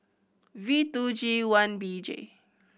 V two G one B J